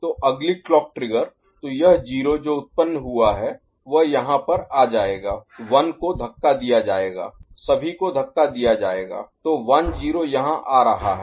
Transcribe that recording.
तो अगली clock trigger तो यह 0 जो उत्पन्न हुआ है वह यहाँ पर आ जाएगा 1 को धक्का दिया जाएगा सभी को धक्का दिया जाएगा तो 10 यहाँ आ रहा है